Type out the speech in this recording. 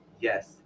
yes